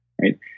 right